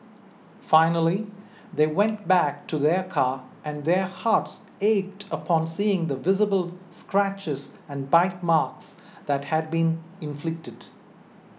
finally they went back to their car and their hearts ached upon seeing the visible scratches and bite marks that had been inflicted